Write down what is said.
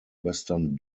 western